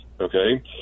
Okay